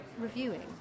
Reviewing